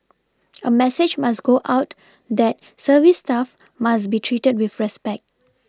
a message must go out that service staff must be treated with respect